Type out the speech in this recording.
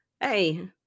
hey